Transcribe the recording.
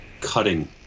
cutting